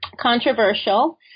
controversial